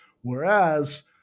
whereas